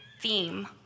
theme